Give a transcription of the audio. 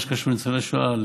במה שקשור לניצולי שואה,